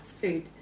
food